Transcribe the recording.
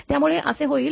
त्यामुळे असे होईल